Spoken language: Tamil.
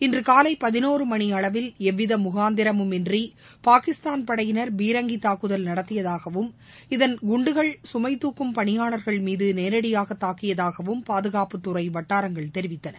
இன்றுகாலை மணிஅளவில் எவ்விதமுகாந்திரமும் இன்றிபாகிஸ்தான் படையினர் பீரங்கிதாக்குதல் நடத்தியதாகவும் இதன் குண்டுகள் சுமை தூக்கும் பணியாளர்கள் மீதுநேரடியாகதாக்கியதாகவும் பாதுகாப்புத் துறைவட்டாரங்கள் தெரிவித்தன